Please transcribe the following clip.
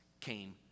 came